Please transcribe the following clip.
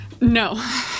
No